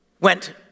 went